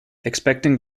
expecting